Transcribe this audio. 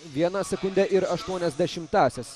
vieną sekundę ir aštuonias dešimtąsias